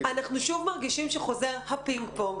אנחנו שוב מרגישים שחוזר הפינג-פונג,